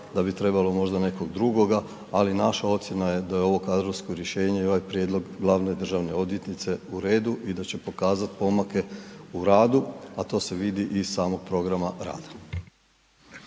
da bi trebalo možda nekog drugoga, ali naša ocjena je da je ovo kadrovsko rješenje i ovaj prijedlog glavne državne odvjetnice u redu i da će pokazati pomake u radu, a to se vidi iz samog programa rada.